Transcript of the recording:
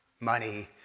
money